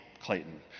Clayton